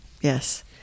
Yes